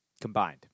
combined